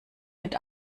mit